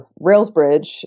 RailsBridge